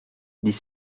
dix